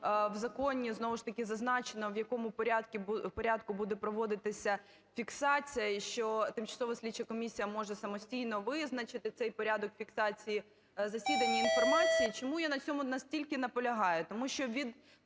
в законі знову ж таки зазначено, в якому порядку буде проводитися фіксація, що тимчасова слідча комісія може самостійно визначити цей порядок фіксації засідання, інформації. Чому я на цьому настільки наполягаю? Тому що від